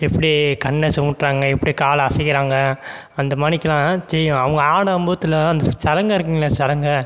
எப்படி கண்ணை சிமிட்றாங்க எப்படி காலை அசைக்கிறாங்க அந்த மாரிக்கெல்லாம் தெரியும் அவங்க ஆடும்போதுல அந்த சலங்கை இருக்குதுங்கள்ல சலங்கை